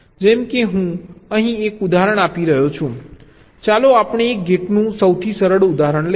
જેમ કે હું અહીં એક ઉદાહરણ આપી રહ્યો છું ચાલો આપણે એક ગેટનું સૌથી સરળ ઉદાહરણ લઈએ